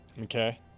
okay